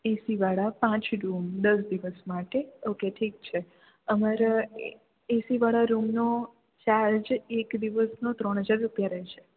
એસીવાળા પાંચ રૂમ દસ દિવસ માટે ઓકે ઠીક છે અમારે એસીવાળા રૂમનો ચાર્જ એક દિવસનો ત્રણ હજાર રૂપિયા રહેશે